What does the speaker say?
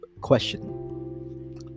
question